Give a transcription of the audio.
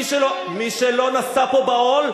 מי שלא נשא פה בעול,